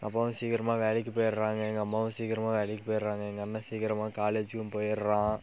அப்பாவும் சீக்கிரமாக வேலைக்கு போயிவிடறாங்க எங்கள் அம்மாவும் சீக்கிரமாக வேலைக்கு போயிவிடறாங்க எங்கள் அண்ணன் சீக்கிரமாக காலேஜுக்கும் போயிவிடறான்